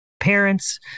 parents